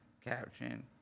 caption